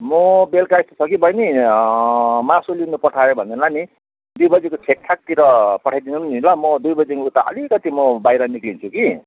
मो बेलुका यस्तो छ कि बहिनी मासु लिनु पठायो भनेलाई नि दुई बजीको छेकछाकतिर पठाइदिनु नि ल म दुई बजीदेखि उता अलिकति म बाहिर निक्लन्छु कि